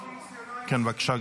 בבקשה,